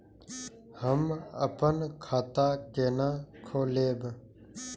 हम अपन खाता केना खोलैब?